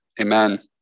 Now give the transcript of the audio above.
amen